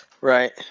Right